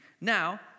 Now